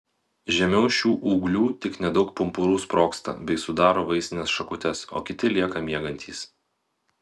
žemiau šių ūglių tik nedaug pumpurų sprogsta bei sudaro vaisines šakutes o kiti lieka miegantys